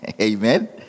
amen